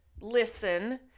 Listen